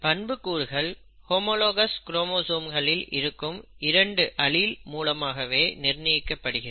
பண்புக்கூறுகள் ஹோமோலாகஸ் குரோமோசோம்களில் இருக்கும் இரண்டு அலீல் மூலமாகவே நிர்ணயிக்கப்படுகிறது